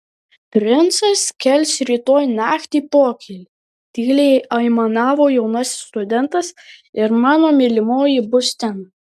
princas kels rytoj naktį pokylį tyliai aimanavo jaunasis studentas ir mano mylimoji bus ten